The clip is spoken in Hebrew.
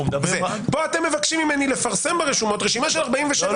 פה אתם מבקשים ממני לפרסם ברשומות רשימה של 47 גופים לא,